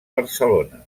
barcelona